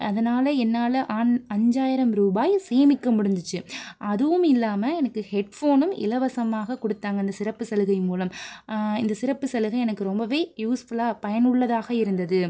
அதனால் என்னால் ஆஞ் அஞ்சாயிரம் ரூபாய் சேமிக்க முடிஞ்சுச்சு அதுவும் இல்லாமல் எனக்கு ஹெட்ஃபோனும் இலவசமாக கொடுத்தாங்க இந்த சிறப்பு சலுகை மூலம் இந்த சிறப்பு சலுகை எனக்கு ரொம்பவே யூஸ்ஃபுல்லாக பயனுள்ளதாக இருந்தது